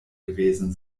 gewesen